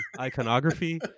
iconography